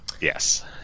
yes